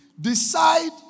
Decide